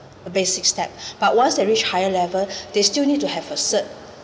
a basic step but once they reach higher level they still need to have a cert